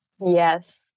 Yes